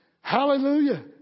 Hallelujah